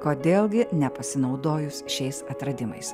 kodėl gi nepasinaudojus šiais atradimais